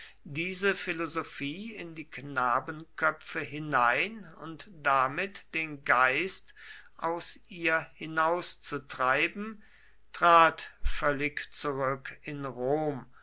diese philosophie in die knabenköpfe hinein und damit den geist aus ihr hinauszutreiben trat völlig zurück in rom